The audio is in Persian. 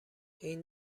این